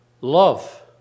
Love